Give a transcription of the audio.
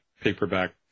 paperback